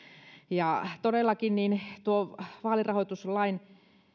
todellakin tuo vaalirahoituslain